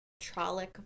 trollic